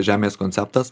žemės konceptas